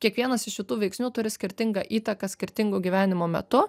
kiekvienas iš šitų veiksnių turi skirtingą įtaką skirtingu gyvenimo metu